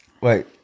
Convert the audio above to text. wait